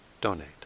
donate